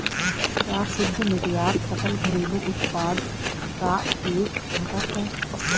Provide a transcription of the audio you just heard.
क्या शुद्ध निर्यात सकल घरेलू उत्पाद का एक घटक है?